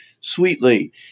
sweetly